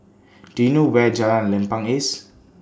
Do YOU know Where Jalan Lempeng IS